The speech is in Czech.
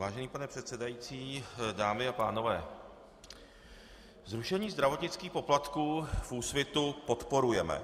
Vážený pane předsedající, dámy a pánové, zrušení zdravotnických poplatků v Úsvitu podporujeme.